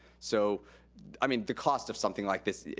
so i mean the cost of something like this,